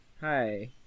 Hi